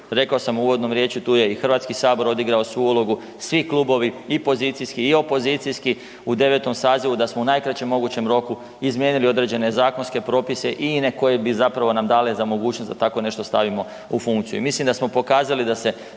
Rekao sam u uvodnoj riječi tu je i Hrvatski sabor odigrao svoju ulogu, svi klubovi i pozicijski i opozicijski u 9. sazivu da smo u najkraćem mogućem roku izmijenili određene zakonske propise i ine koje bi nam dale za mogućnost da tako nešto stavimo u funkciju.